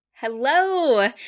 Hello